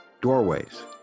Doorways